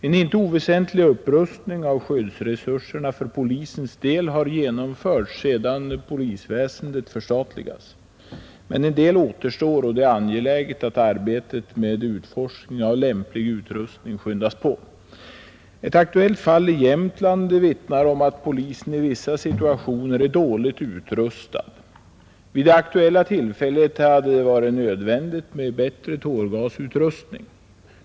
En inte oväsentlig upprustning av skyddsresurserna för polisens del har genomförts sedan polisväsendet förstatligades, men en del återstår, och det är angeläget att arbetet med utforskning av lämplig utrustning påskyndas. Ett aktuellt fall i Jämtland vittnar om att polisen i vissa situationer är dåligt utrustad. Vid det ifrågavarande tillfället hade det varit nödvändigt med bättre tårgasutrustning.